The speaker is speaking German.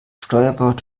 steuerbord